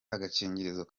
agakingirizo